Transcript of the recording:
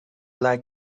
like